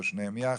או שתיהן יחד.